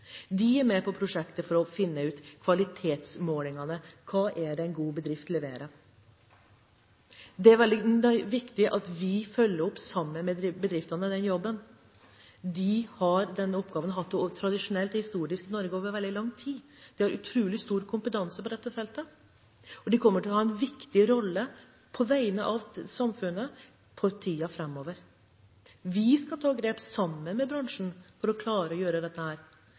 De er med på prosjektet for å finne ut kvalitetsmålingene: Hva er det en god bedrift leverer? Det er veldig viktig at vi følger opp den jobben sammen med bedriftene. De har tradisjonelt og historisk hatt denne oppgaven i Norge over veldig lang tid, de har utrolig stor kompetanse på dette feltet, og de kommer til å ha en viktig rolle på vegne av samfunnet i tiden framover. Vi skal ta grep sammen med bransjen for å klare å gjøre dette,